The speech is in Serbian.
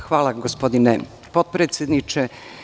Hvala, gospodine potpredsedniče.